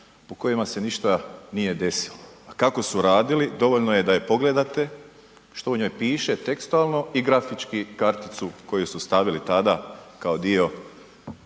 u kojima se ništa nije desilo. Kako su radili dovoljno je da je pogledate što u njoj piše tekstualno i grafički karticu koju su stavili tada kao dio